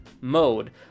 mode